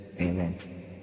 amen